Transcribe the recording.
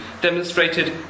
demonstrated